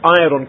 iron